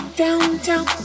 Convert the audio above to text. downtown